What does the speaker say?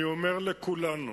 אני אומר, לכולנו: